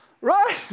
Right